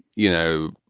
you know,